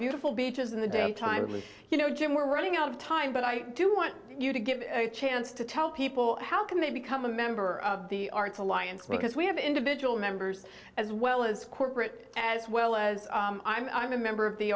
beautiful beaches in the daytime you know jim we're running out of time but i do want you to give a chance to tell people how can they become a member of the arts alliance because we have individual members as well as corporate as well as i'm a member of the